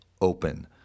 open